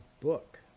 book